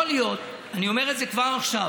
יכול להיות, אני אומר את זה כבר עכשיו.